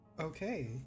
Okay